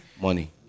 money